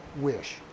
wish